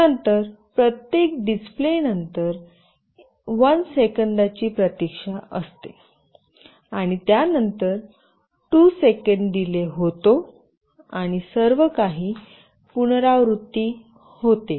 नंतर प्रत्येक डिस्प्ले नंतर 1 सेकंदाची प्रतीक्षा असते आणि त्यानंतर 2 सेकंद डीले होते आणि सर्व काही पुनरावृत्ती होते